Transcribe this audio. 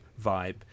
vibe